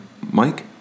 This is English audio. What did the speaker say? Mike